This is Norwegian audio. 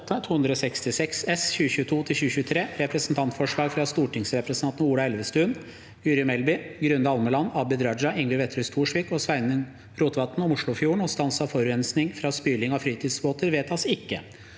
8:266 S (2022–2023) – Representantforslag fra stortingsrepresentantene Ola Elvestuen, Guri Melby, Grunde Almeland, Abid Raja, Ingvild Wetrhus Thorsvik og Sveinung Rotevatn om Oslofjorden og stans av forurensning fra spyling av fritidsbåter – vedtas ikke.